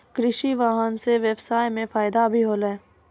कृषि वाहन सें ब्यबसाय म फायदा भी होलै